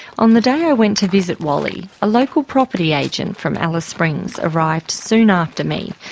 on the day i went to visit wally, a local property agent from alice springs arrived soon after me.